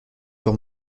sur